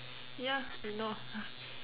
ya ignore